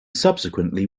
subsequently